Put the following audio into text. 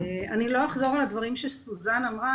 אני לא אחזור על הדברים שסוזן אמרה.